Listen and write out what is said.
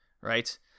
right